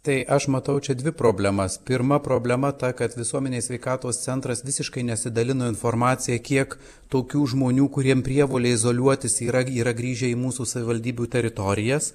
tai aš matau čia dvi problemas pirma problema ta kad visuomenės sveikatos centras visiškai nesidalino informacija kiek tokių žmonių kuriem prievolė izoliuotis yra yra grįžę į mūsų savivaldybių teritorijas